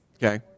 Okay